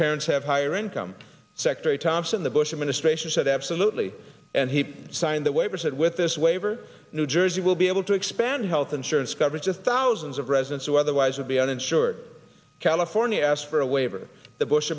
parents have higher income secretary thompson the bush administration said absolutely and he signed the waiver said with this waiver new jersey will be able to expand health insurance coverage of thousands of residents who otherwise would be uninsured california asked for a waiver the bush